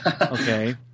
Okay